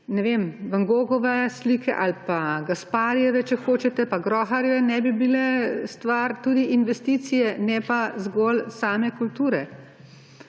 ne vem, Van Goghove slike ali pa Gasparijeve, če hočete, pa Groharjeve ne bi bile stvar tudi investicije, ne pa zgolj same kulture.